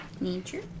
Nature